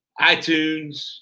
iTunes